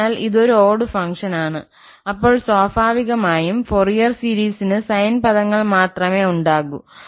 അതിനാൽ ഇതൊരു ഓട് ഫംഗ്ഷനാണ് അപ്പോൾ സ്വാഭാവികമായും ഫോറിയർ സീരീസിന് സൈൻ പദങ്ങൾ മാത്രമേ ഉണ്ടാകൂ